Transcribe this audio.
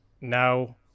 now